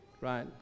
right